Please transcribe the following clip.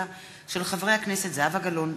של חברי הכנסת זהבה גלאון,